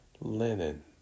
linen